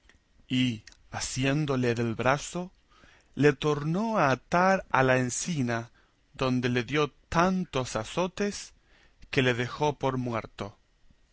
y asiéndole del brazo le tornó a atar a la encina donde le dio tantos azotes que le dejó por muerto